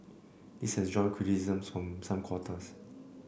this has drawn criticisms from some quarters